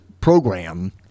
program